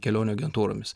kelionių agentūromis